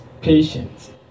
patience